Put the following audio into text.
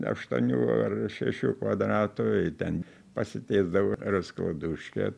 aštuonių ar šešių kvadratų ir ten pasitiesdavau raskladuškę